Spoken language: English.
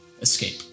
escape